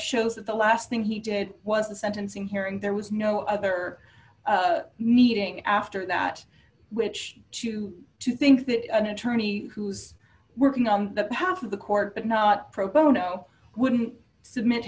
shows that the last thing he did was the sentencing hearing there was no other meeting after that which to to think that an attorney who's working on the behalf of the court but not pro bono wouldn't submit